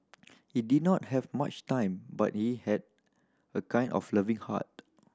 he did not have much time but he had a kind of loving heart